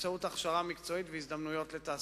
באמצעות הכשרה מקצועית והזדמנויות לתעסוקה.